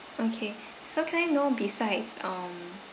okay so can I know besides um